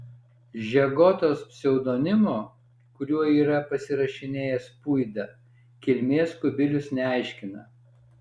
žegotos pseudonimo kuriuo yra pasirašinėjęs puida kilmės kubilius neaiškina